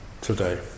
today